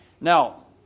Now